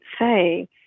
say